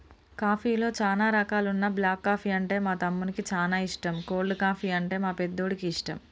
కాఫీలో చానా రకాలున్న బ్లాక్ కాఫీ అంటే మా తమ్మునికి చానా ఇష్టం, కోల్డ్ కాఫీ, అంటే మా పెద్దోడికి ఇష్టం